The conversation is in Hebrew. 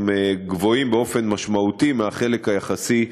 הם גבוהים משמעותית מהחלק היחסי באוכלוסייה.